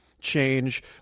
change